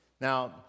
Now